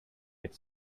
bit